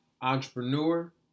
entrepreneur